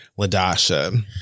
Ladasha